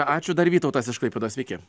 ačiū dar vytautas iš klaipėdos sveiki